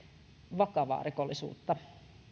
vakavaa rikollisuutta